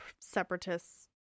Separatists